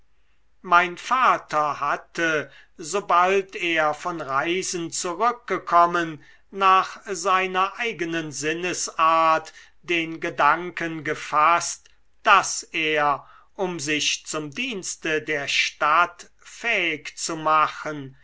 mein vater hatte sobald er von reisen zurückgekommen nach seiner eigenen sinnesart den gedanken gefaßt daß er um sich zum dienste der stadt fähig zu machen